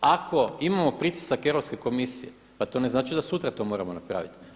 Ako imamo pritisak Europske komisije pa to ne znači da sutra to moramo napraviti.